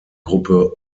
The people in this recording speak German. gruppe